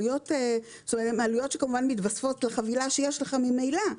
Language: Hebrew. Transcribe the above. הן עלויות שכמובן מתווספות לחבילה שיש לך ממילא,